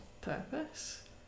purpose